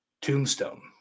Tombstone